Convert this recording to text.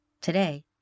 Today